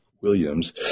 Williams